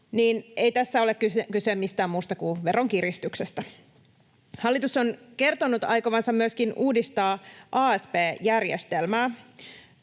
niin ei tässä ole kyse mistään muusta kuin veronkiristyksestä. Hallitus on kertonut aikovansa myöskin uudistaa asp-järjestelmää.